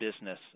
business